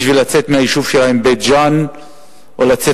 בשביל לצאת מהיישוב שלהם בית-ג'ן או לצאת